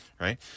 Right